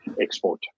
export